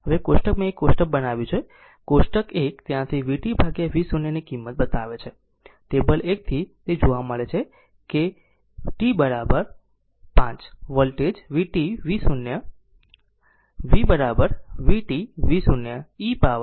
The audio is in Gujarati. હવે કોષ્ટક મેં એક કોષ્ટક બનાવ્યું છે કોષ્ટક 1 ત્યાંથી vt v 0 ની કિંમત બતાવે છે ટેબલ 1 થી તે જોવા મળે છે કે t 5 પછી વોલ્ટેજ vt v 0 ની 1 ટકાથી ઓછી છે